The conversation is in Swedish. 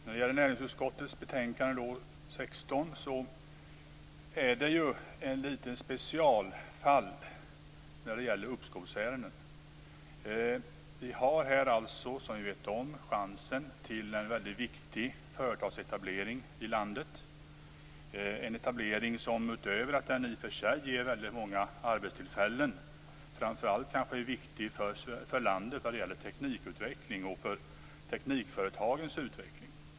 Fru talman! I näringsutskottets betänkande 16 behandlas ett specialfall bland uppskovsärendena. Vi har som bekant här chansen att få en väldigt viktig företagsetablering i vårt land. Utöver att denna etablering i och för sig ger väldigt många arbetstillfällen är den kanske framför allt viktig för teknikutvecklingen och för teknikföretagens utveckling i vårt land.